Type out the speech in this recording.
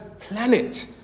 planet